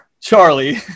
Charlie